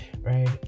right